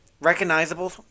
recognizable